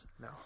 No